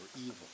evil